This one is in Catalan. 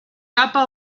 tapa